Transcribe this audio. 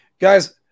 guys